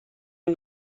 این